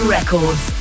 Records